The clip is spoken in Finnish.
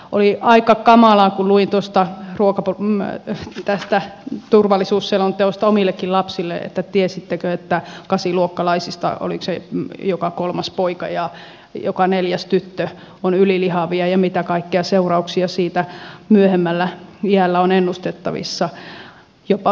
oli aika kamalaa kun luin tästä turvallisuusselonteosta omillekin lapsille että tiesittekö että kasiluokkalaisista oliko se joka kolmas poika ja joka neljäs tyttö on ylilihavia ja mitä kaikkea seurauksia siitä myöhemmällä iällä on ennustettavissa jopa mielenterveysongelmia